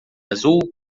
azul